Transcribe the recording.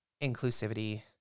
inclusivity